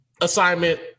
assignment